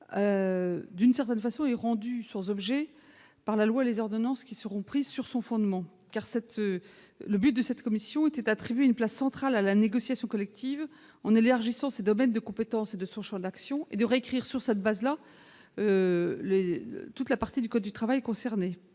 de refondation est rendue sans objet par la loi et les ordonnances qui seront prises sur son fondement. En effet, le but de cette commission était d'attribuer une place centrale à la négociation collective, en élargissant ses domaines de compétence et de son champ d'action, et de réécrire, sur cette base, toute la partie du code du travail concernée.